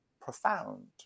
profound